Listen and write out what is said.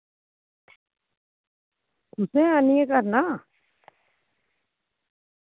तुसैं आह्नियै करना